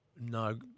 No